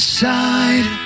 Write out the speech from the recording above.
side